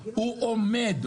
הוא עומד.